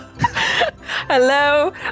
Hello